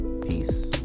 Peace